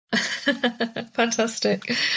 Fantastic